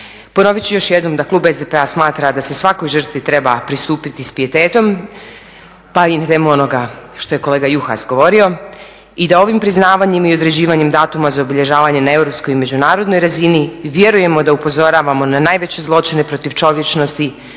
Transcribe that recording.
Ponoviti ću još jednom da klub SDP-a smatra da se svakoj žrtvi treba pristupiti sa pijetetom pa i na temu onoga što je kolega Juhas govorio i da ovim priznavanjem i određivanjem datuma za obilježavanje na europskoj i međunarodnoj razini vjerujemo da upozoravamo na najveće zločine protiv čovječnosti,